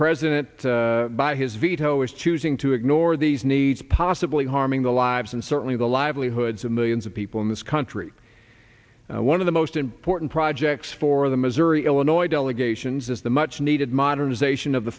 president by his veto is choosing to ignore these needs possibly harming the lives and certainly the livelihoods of millions of people in this country one of the most important projects for the missouri illinois delegations is the much needed modernization of the